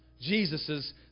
Jesus's